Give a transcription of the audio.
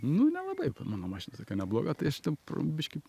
nu nelabai mano mašina tokia nebloga tai aš ten pro biškį